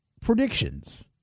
predictions